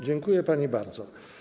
Dziękuję pani bardzo.